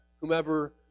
whomever